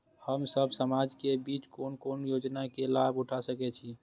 हम सब समाज के बीच कोन कोन योजना के लाभ उठा सके छी?